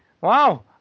Wow